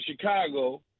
chicago